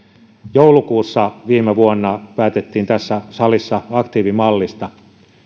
joulukuussa viime vuonna päätettiin tässä salissa aktiivimallista